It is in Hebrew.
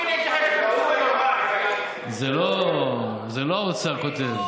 זה לא האוצר כותב.